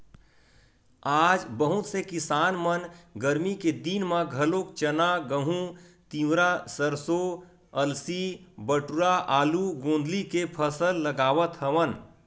आज बहुत से किसान मन गरमी के दिन म घलोक चना, गहूँ, तिंवरा, सरसो, अलसी, बटुरा, आलू, गोंदली के फसल लगावत हवन